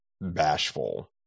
bashful